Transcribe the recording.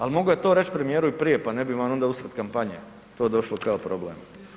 Ali mogao je to reć premijeru i prije pa ne bi vam onda uslijed kampanje to došlo kao problem.